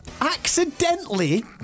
Accidentally